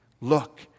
look